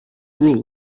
rule